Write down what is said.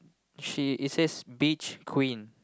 she it says beach queen